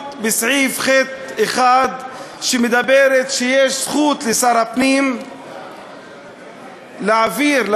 לסעיף קטן (ח)(1) שמדבר על כך שיש לשר הפנים זכות להעביר,